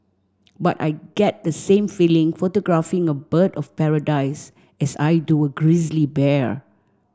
but I get the same feeling photographing a bird of paradise as I do a grizzly bear